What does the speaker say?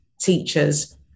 teachers